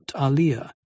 Alia